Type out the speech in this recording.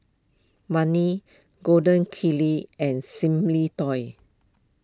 Gold Kili and Simply Toys